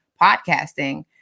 podcasting